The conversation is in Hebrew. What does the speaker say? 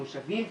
מושבים,